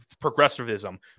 progressivism